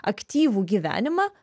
aktyvų gyvenimą